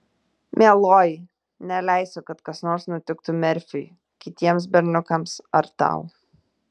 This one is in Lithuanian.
mieloji neleisiu kad kas nors nutiktų merfiui kitiems berniukams ar tau